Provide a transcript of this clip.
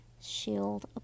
Shield